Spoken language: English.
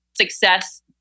success